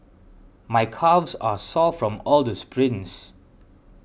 my calves are sore from all the sprints